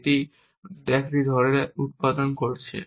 এটি একটি ধরে রেখে উত্পাদন করছে